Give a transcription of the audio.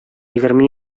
егерме